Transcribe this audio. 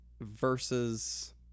Versus